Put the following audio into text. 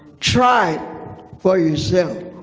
try for yourself.